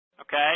okay